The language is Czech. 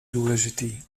důležitý